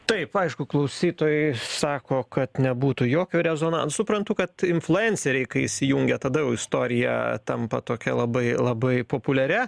taip aišku klausytojai sako kad nebūtų jokio rezonan suprantu kad influenceriai kai įsijungia tada jau istorija tampa tokia labai labai populiaria